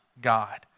God